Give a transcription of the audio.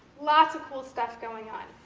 lots of cool stuff going on.